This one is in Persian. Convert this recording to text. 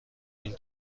این